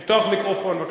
רק רוצה להעיר הערה.